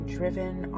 driven